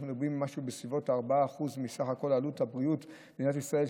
אנחנו מדברים על משהו בסביבות 4% מסך כל עלות הבריאות במדינת ישראל,